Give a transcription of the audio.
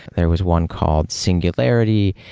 there was one called singularity,